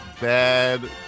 bad